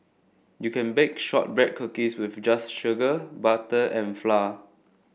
you can bake shortbread cookies just with sugar butter and flour